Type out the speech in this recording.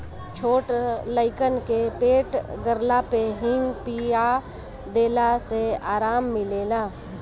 छोट लइकन के पेट गड़ला पे हिंग पिया देला से आराम मिलेला